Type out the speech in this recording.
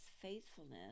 faithfulness